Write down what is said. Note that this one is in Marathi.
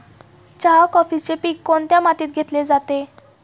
चहा, कॉफीचे पीक कोणत्या मातीत घेतले जाते?